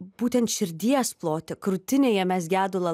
būtent širdies plote krūtinėje mes gedulą